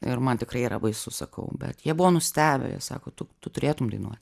ir man tikrai yra baisu sakau bet jie buvo nustebę jie sako tu tu turėtum dainuot